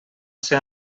ser